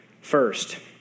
First